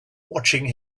watching